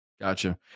Gotcha